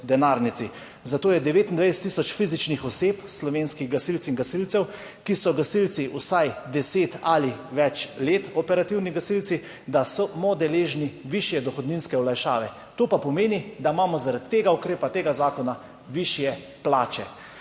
Zato je 29000 fizičnih oseb, slovenskih gasilcev in gasilcev, ki so gasilci vsaj deset ali več let operativni gasilci, da smo deležni višje dohodninske olajšave, to pa pomeni, da imamo zaradi tega ukrepa, tega zakona višje plače.